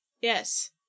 Yes